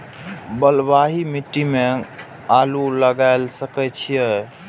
बलवाही मिट्टी में आलू लागय सके छीये?